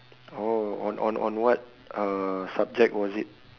or on on on what uh subject was it